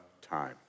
time